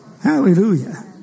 Hallelujah